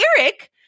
Eric